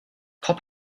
pop